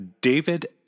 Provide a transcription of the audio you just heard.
david